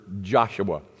Joshua